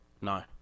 No